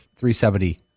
.370